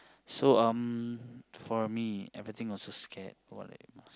so um for me everything also scared what are you most